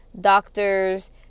doctors